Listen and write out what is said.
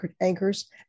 anchors